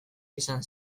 izan